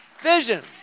vision